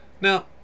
Now